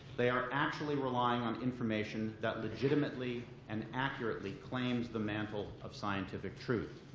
they are actually relying on information that legitimately and accurately claims the mantle of scientific truth.